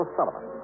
Sullivan